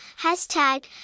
hashtag